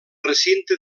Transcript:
recinte